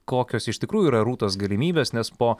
kokios iš tikrųjų yra rūtos galimybės nes po